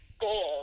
goal